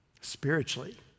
spiritually